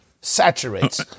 saturates